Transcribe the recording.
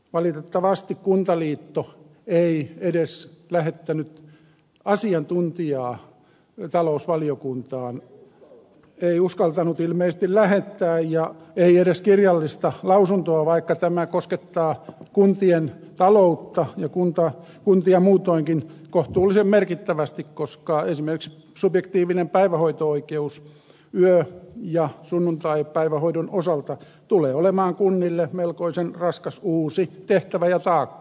valitettavasti kuntaliitto ei edes lähettänyt asiantuntijaa talousvaliokuntaan ei uskaltanut ilmeisesti lähettää ei edes kirjallista lausuntoa vaikka tämä koskettaa kuntien taloutta ja kuntia muutoinkin kohtuullisen merkittävästi koska esimerkiksi subjektiivinen päivähoito oikeus yö ja sunnuntaipäivähoidon osalta tulee olemaan kunnille melkoisen raskas uusi tehtävä ja taakka